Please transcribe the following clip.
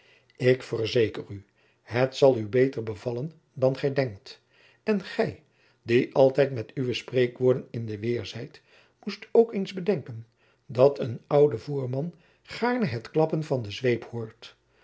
ik verzeker u het zal u beter bevallen dan gij denkt en gij die altijd met uwe spreekwoorden in de weêr zijt moest ook eens bedenken dat een oude voerman gaarne het klappen van den zweep hoort